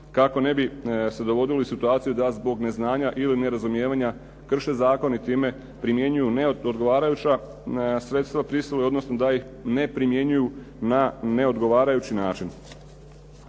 kako ne bi se dovodili u situaciju da zbog neznanja ili nerazumijevanja krše zakon i time primjenjuju neodgovarajuća sredstva prisile, odnosno da ih ne primjenjuju na neodgovarajući način.